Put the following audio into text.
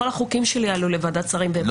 כול החוקים שלי עלו לוועדת שרים והם עברו.